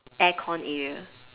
aircon area